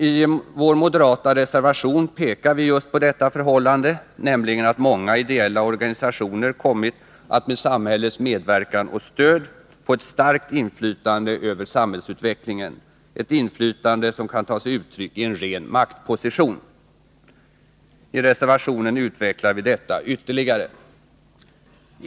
I vår moderata reservation pekar vi just på detta förhållande, nämligen att många ideella organisationer kommit att med samhällets medverkan och stöd få ett starkt inflytande över samhällsutvecklingen, ett inflytande som kan ta sig uttryck i en ren maktposition. I reservationen utvecklar vi detta ytterligare.